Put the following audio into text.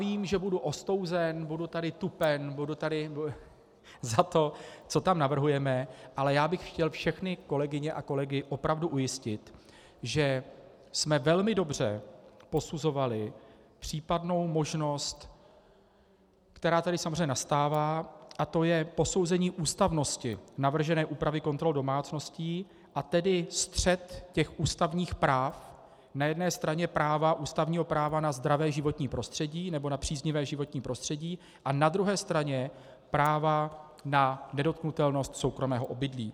Vím, že budu ostouzen, budu tady tupen za to, co tam navrhujeme, ale já bych chtěl všechny kolegyně a kolegy opravdu ujistit, že jsme velmi dobře posuzovali případnou možnost, která tady samozřejmě nastává, a to je posouzení ústavnosti navržené úpravy kontrol domácností, a tedy střet ústavních práv na jedné straně ústavního práva na zdravé nebo příznivé životní prostředí a na druhé straně práva na nedotknutelnost soukromého obydlí.